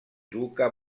duca